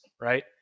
right